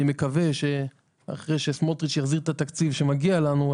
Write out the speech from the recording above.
אני מקווה שאחרי שסמוטריץ׳ יחזיר את התקציב שמגיע לנו,